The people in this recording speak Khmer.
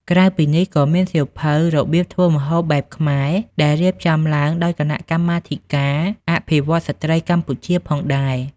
ក្រៅពីនេះ ក៏មានសៀវភៅ របៀបធ្វើម្ហូបបែបខ្មែរ ដែលរៀបចំឡើងដោយ គណៈកម្មាធិការអភិវឌ្ឍន៍ស្ដ្រីកម្ពុជាផងដែរ។